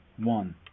one